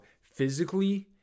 physically